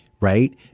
right